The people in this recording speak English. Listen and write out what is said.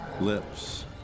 lips